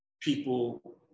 people